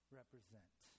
represent